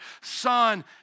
Son